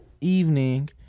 evening